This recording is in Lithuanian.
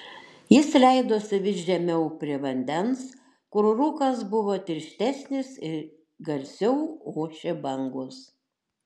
jis leidosi vis žemiau prie vandens kur rūkas buvo tirštesnis ir garsiau ošė bangos